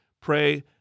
Pray